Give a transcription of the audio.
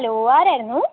hello ആരായിരുന്നു